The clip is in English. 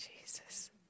Jesus